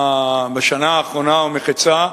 בשנה האחרונה ומחצה,